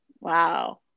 Wow